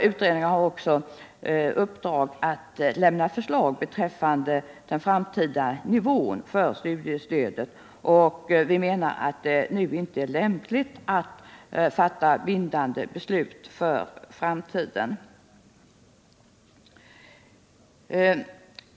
Utredningarna har också i uppdrag att lämna förslag beträffande den framtida nivån på studiestödet. Vi menar att det nu inte är lämpligt att fatta bindande beslut för framtiden.